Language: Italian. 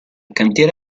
cantiere